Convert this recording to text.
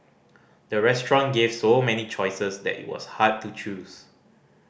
the restaurant gave so many choices that it was hard to choose